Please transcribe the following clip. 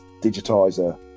digitizer